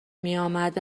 میامد